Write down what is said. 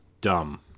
dumb